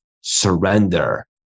surrender